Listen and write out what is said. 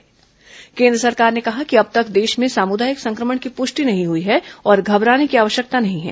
corona संक्रमण पुष्टि केन्द्र सरकार ने कहा है कि अब तक देश में सामुदायिक संक्रमण की पुष्टि नहीं हुई है और घबराने की आवश्यकता नहीं है